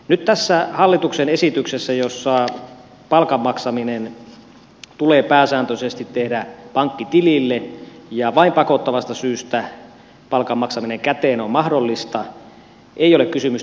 nyt tässä hallituksen esityksessä jossa palkan maksaminen tulee pääsääntöisesti tehdä pankkitilille ja vain pakottavasta syystä palkan maksaminen käteen on mahdollista ei ole kysymys tällaisesta lainsäädännöstä